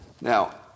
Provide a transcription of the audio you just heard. Now